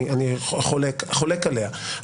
אני חולק עליה,